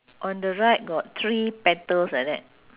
on the right got three petals like that